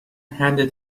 handed